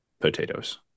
potatoes